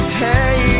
hey